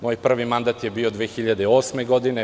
Moj prvi mandat je bio 2008. godine.